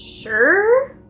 Sure